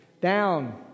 down